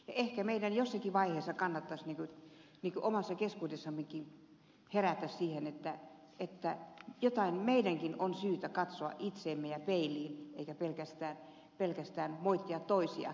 ehkä meidän jossakin vaiheessa kannattaisi niin kuin omassa keskuudessammekin herätä siihen että jossain meidänkin on syytä katsoa itseemme ja peiliin eikä pelkästään moittia toisia